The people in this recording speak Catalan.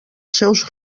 seus